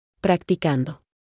Practicando